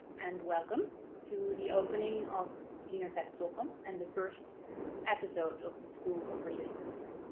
and welcome to the opening of wiener festwochen and the first episode of the school of resistance.